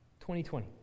2020